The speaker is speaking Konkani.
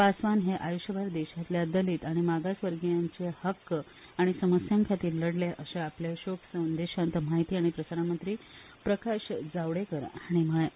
पासवान हे आयुश्यभर देशांतल्या दलीत आनी मागासवर्गीयांच्या हक्क आनी समस्यां खातीर झूजले अशें आपल्या शोकसंदेशांत म्हायती आनी प्रसारण मंत्री प्रकाश जावडेकर हांणी म्हळें